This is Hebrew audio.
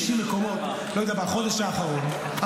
60 מקומות בחודש האחרון,